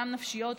גם נפשיות.